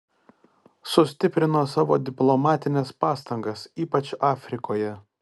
sustiprino savo diplomatines pastangas ypač afrikoje